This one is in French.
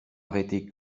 arrêté